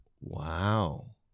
Wow